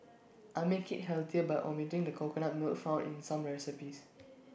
I make IT healthier by omitting the coconut milk found in some recipes